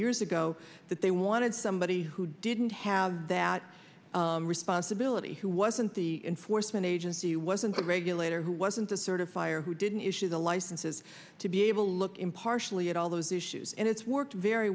years ago that they wanted somebody who didn't have that responsibility who wasn't the enforcement agency wasn't the regulator who wasn't that sort of fire who didn't issue the licenses to be able to look impartially at all those issues and it's worked very